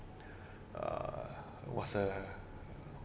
uh was a